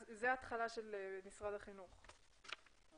המנהל הכללי של משרד החינוך הוא